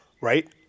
Right